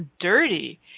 dirty